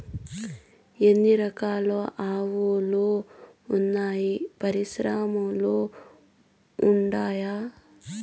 ఎన్ని రకాలు ఆవులు వున్నాయి పరిశ్రమలు ఉండాయా?